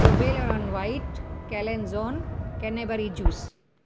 Toblerone white collagen cranberry juice